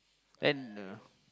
then the